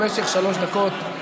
במשך שלוש דקות,